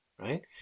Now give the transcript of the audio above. right